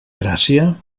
gràcia